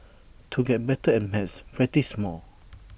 to get better at maths practise more